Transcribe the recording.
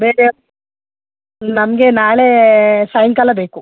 ನಮಗೆ ನಾಳೆ ಸಾಯಂಕಾಲ ಬೇಕು